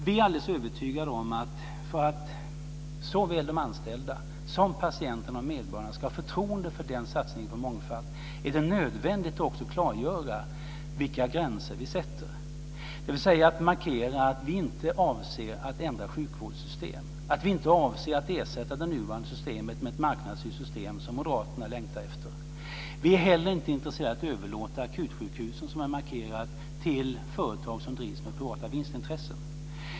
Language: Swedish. Vi är helt övertygade om att för att såväl de anställda som patienterna och medborgarna ska ha förtroende för satsningen på mångfald är det också nödvändigt att klargöra vilka gränser vi sätter, dvs. att markera att vi inte avser att ändra sjukvårdssystem och att vi inte avser att ersätta det nuvarande systemet med ett marknadsstyrt system, som Moderaterna längtar efter. Vi är inte heller intresserade av att överlåta akutsjukhusen, som jag har markerat, till företag som drivs med privata vinstintressen.